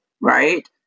Right